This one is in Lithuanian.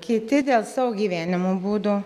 kiti dėl savo gyvenimo būdo